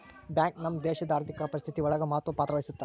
bank ನಮ್ ದೇಶಡ್ ಆರ್ಥಿಕ ಪರಿಸ್ಥಿತಿ ಒಳಗ ಮಹತ್ವ ಪತ್ರ ವಹಿಸುತ್ತಾ